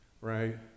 Right